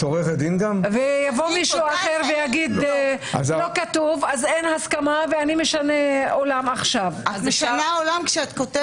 מישהו יכול להגיד שהוא לא מסכים והוא ישנה את המצב.